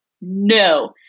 no